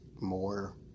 more